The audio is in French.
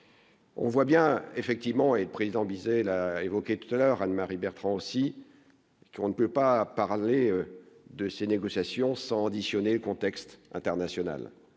On voit bien effectivement et président la évoquée tout-à-l'heure Anne-Marie Bertrand aussi qu'on ne peut pas de ces négociations sans auditionner le contexte international,